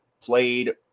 played